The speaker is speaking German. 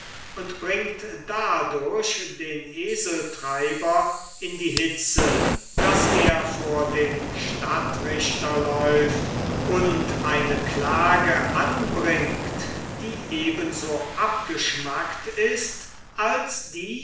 und bringt dadurch den eseltreiber in die hitze daß er vor den stadtrichter läuft und eine klage anbringt die eben so abgeschmackt und unsinnig ist als die